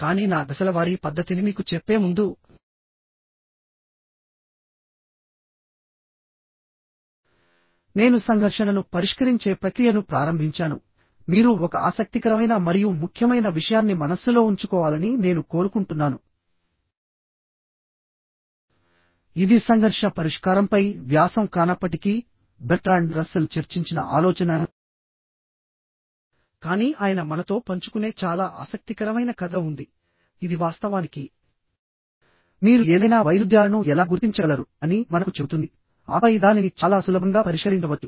కానీ నా దశల వారీ పద్ధతిని మీకు చెప్పే ముందు నేను సంఘర్షణను పరిష్కరించే ప్రక్రియను ప్రారంభించాను మీరు ఒక ఆసక్తికరమైన మరియు ముఖ్యమైన విషయాన్ని మనస్సులో ఉంచుకోవాలని నేను కోరుకుంటున్నాను ఇది సంఘర్షణ పరిష్కారంపై వ్యాసం కానప్పటికీ బెర్ట్రాండ్ రస్సెల్ చర్చించిన ఆలోచన కానీ ఆయన మనతో పంచుకునే చాలా ఆసక్తికరమైన కథ ఉంది ఇది వాస్తవానికి మీరు ఏదైనా వైరుధ్యాలను ఎలా గుర్తించగలరు అని మనకు చెబుతుంది ఆపై దానిని చాలా సులభంగా పరిష్కరించవచ్చు